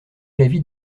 l’avis